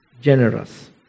generous